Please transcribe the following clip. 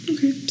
Okay